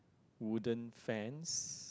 wooden fence